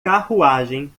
carruagem